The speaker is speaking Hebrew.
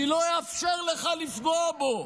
אני לא אאפשר לך לפגוע בו.